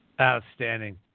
Outstanding